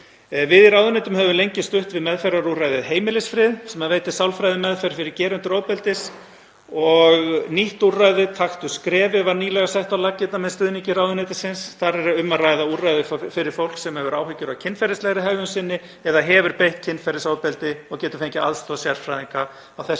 Við í ráðuneytinu höfum lengi stutt við meðferðarúrræðið Heimilisfrið sem veitir sálfræðimeðferð fyrir gerendur ofbeldis og nýtt úrræði, Taktu skrefið, var nýlega sett á laggirnar með stuðningi ráðuneytisins. Þar er um að ræða úrræði fyrir fólk sem hefur áhyggjur af kynferðislegri hegðun sinni eða hefur beitt kynferðisofbeldi og getur fengið aðstoð sérfræðinga á þessu